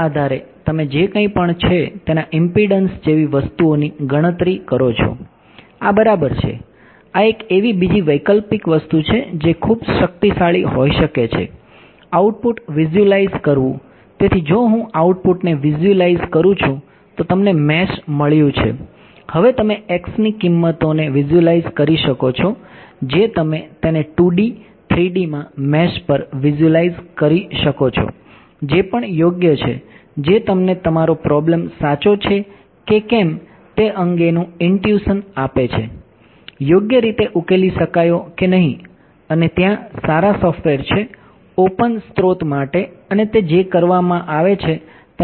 જો તમે અહીં સર્કિટ સિમ્યુલેશન કહેવાય છે